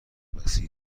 مسیر